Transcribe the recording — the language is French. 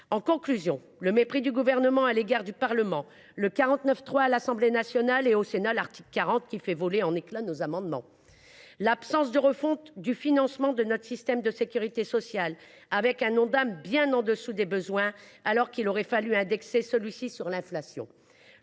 En conclusion, le mépris du Gouvernement à l’égard du Parlement, le 49.3 à l’Assemblée nationale, l’application de l’article 40 de la Constitution qui fait voler en éclats nos amendements, l’absence de refonte du financement de notre système de sécurité sociale avec un Ondam bien en dessous des besoins, alors qu’il aurait fallu l’indexer sur l’inflation,